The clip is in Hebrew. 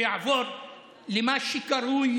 מה רע בזה?